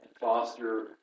Foster